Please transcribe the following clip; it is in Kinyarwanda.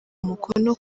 umukono